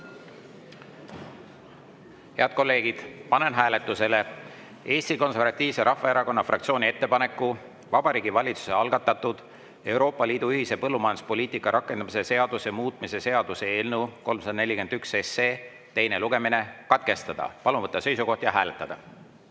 Head kolleegid, panen hääletusele Eesti Konservatiivse Rahvaerakonna fraktsiooni ettepaneku Vabariigi Valitsuse algatatud Euroopa Liidu ühise põllumajanduspoliitika rakendamise seaduse muutmise seaduse eelnõu 341 teine lugemine katkestada. Palun võtta seisukoht ja hääletada!